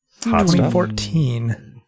2014